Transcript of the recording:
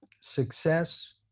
success